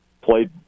played